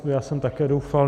Já jsem také doufal.